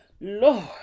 Lord